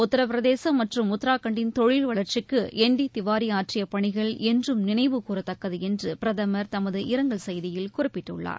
உத்திரபிரதேசம் மற்றும ்உத்ரகாண்டின் தொழில் வளா்ச்சிக்கு என் டி திவாரி ஆற்றிய பணிகள் என்றும் நினைவு கூறத்தக்கது என்று பிரம் தமது இரங்கல் செய்தியில் குறிப்பிட்டுள்ளார்